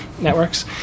networks